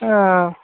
ಹಾಂ